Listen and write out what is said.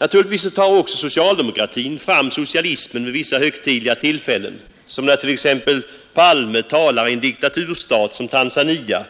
Naturligtvis tar också socialdemokratin fram socialismen vid vissa högtidliga tillfällen som t.ex. när Palme talar i en diktaturstat som Tanzania